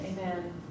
amen